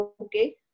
Okay